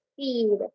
speed